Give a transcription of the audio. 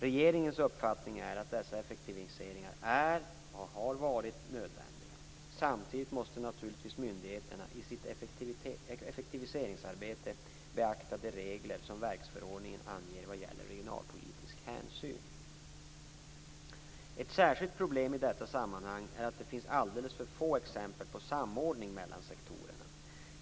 Regeringens uppfattning är att dessa effektiviseringar är, och har varit, nödvändiga. Samtidigt måste naturligtvis myndigheterna i sitt effektiviseringsarbete beakta de regler som verksförordningen anger vad gäller regionalpolitiska hänsyn. Ett särskilt problem i detta sammanhang är att det finns alldeles för få exempel på samordning mellan sektorerna.